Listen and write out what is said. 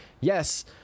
yes